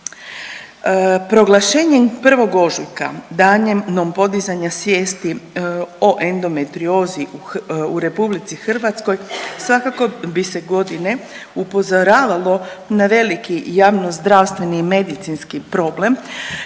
Proglašenjem 1. ožujka „Danom podizanja svijesti o endometriozi u RH“ svake bi se godine upozoravalo na veliki i javnozdravstveni i medicinski problem